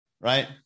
right